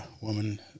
woman